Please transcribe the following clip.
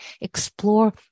Explore